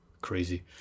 Crazy